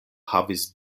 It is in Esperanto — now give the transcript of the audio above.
havis